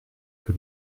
que